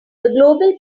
global